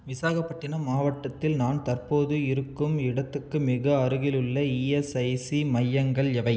விசாகப்பட்டினம் மாவட்டத்தில் நான் தற்போது இருக்கும் இடத்துக்கு மிக அருகிலுள்ள இஎஸ்ஐசி மையங்கள் எவை